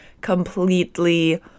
completely